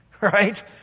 right